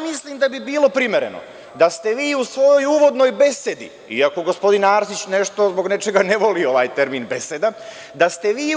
Mislim da bi bilo primereno da ste vi u svojoj uvodnoj besedi, iako gospodin Arsić nešto, zbog nečega ne voli ovaj termin – beseda, da ste vi